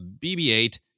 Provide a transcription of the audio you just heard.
bb-8